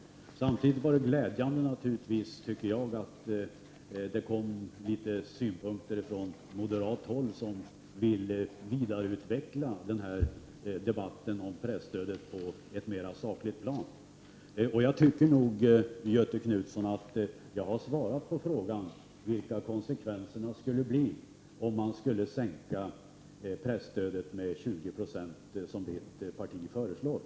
Men samtidigt tycker jag att det var ganska glädjande att få ta del av en del synpunkter från moderat håll. Det handlar alltså om att vidareutveckla debatten om presstödet på en mera saklig nivå. Jag tycker nog, Göthe Knutson, att jag har svarat på frågan om vilka konsekvenserna skulle bli om man minskade presstödet med 20 96 av det i propositionen föreslagna beloppet — det är ju vad moderaterna föreslår.